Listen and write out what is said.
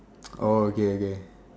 oh okay okay